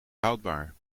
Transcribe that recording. houdbaar